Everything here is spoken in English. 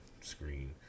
screen